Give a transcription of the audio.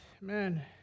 man